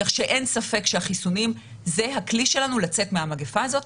כך שאין ספק שהחיסונים זה הכלי שלנו לצאת מהמגיפה הזאת.